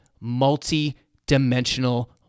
multi-dimensional